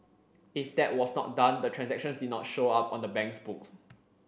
if that was not done the transactions did not show up on the bank's books